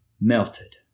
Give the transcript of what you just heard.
melted